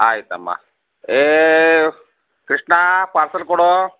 ಆಯಿತಮ್ಮ ಏ ಕೃಷ್ಣ ಪಾರ್ಸಲ್ ಕೊಡೋ